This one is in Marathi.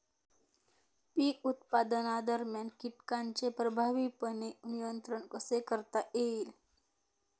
पीक उत्पादनादरम्यान कीटकांचे प्रभावीपणे नियंत्रण कसे करता येईल?